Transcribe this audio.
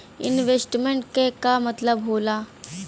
Investment क का मतलब हो ला?